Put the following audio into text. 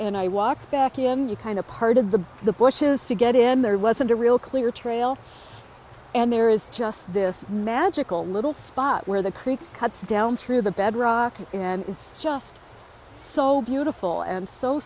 and you kind of parted the the bushes to get in there wasn't a real clear trail and there is just this magical little spot where the creek cuts down through the bedrock and it's just so beautiful and so